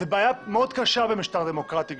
זו בעיה מאוד קשה במשטר דמוקרטי.